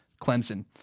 Clemson